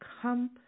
come